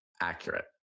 accurate